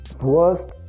worst